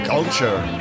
Culture